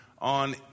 on